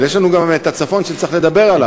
אבל יש לנו גם את הצפון שצריך לדבר עליו.